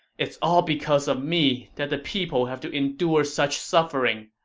it's all because of me that the people have to endure such suffering.